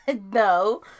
No